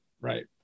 right